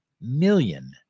million